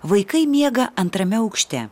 vaikai miega antrame aukšte